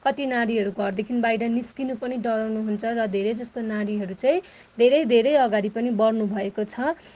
कति नारीहरू घरदेखिन् बाहिर निस्किनु पनि डराउनुहुन्छ र धेरै जस्तो नारीहरू चाहिँ धेरै धेरै अगाडि पनि बढनुभएको छ